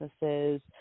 businesses